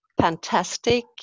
fantastic